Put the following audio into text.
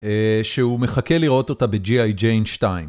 שהוא מחכה לראות אותה בג'י איי ג'יין שתיים.